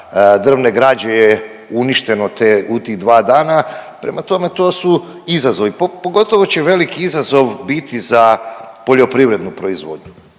drvne građe je uništeno te, u tih 2 dana, prema tome, to su izazovi, pogotovo će velik izazov biti za poljoprivrednu proizvodnju.